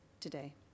today